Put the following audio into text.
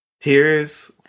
Tears